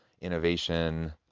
innovation